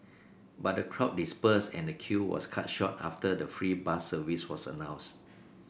but the crowd dispersed and the queue was cut short after the free bus service was announced